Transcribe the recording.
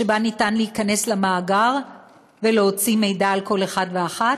שבה אפשר להיכנס למאגר ולהוציא מידע על כל אחד ואחת?